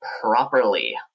properly